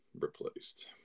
replaced